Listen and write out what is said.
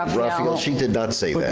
raphael, she did not say that.